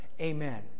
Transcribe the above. Amen